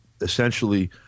essentially